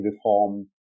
reform